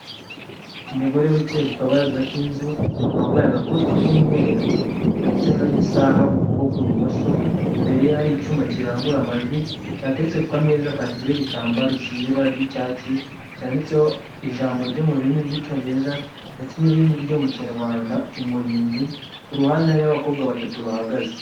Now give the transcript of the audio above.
Umugore wicaye ku kabaraza k’inzu, yambaye agakoti k’umweru ndetse n’isaha mu kuboko kw’ibumoso. Imbere ye hari icyuma kirangurura amajwi giteretse ku kumeza, kashyizweho igitambaro gifite ibara ry’icyatsi, cyanditseho ijambo mu rurimi rw’Icyongereza ndetse n’irindi mu Kinyarwanda. Ku ruhande, hari umurinzi ndetse n’abakobwa batatu bahagaze